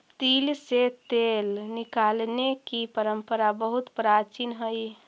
तिल से तेल निकालने की परंपरा बहुत प्राचीन हई